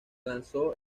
lanzó